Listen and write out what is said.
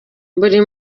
buri